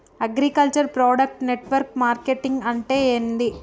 Agriculture product network marketing అంటే ఏంది?